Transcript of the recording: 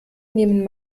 nehmen